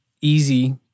easy